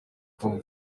papa